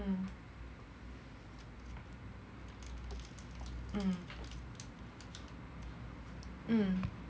mm mm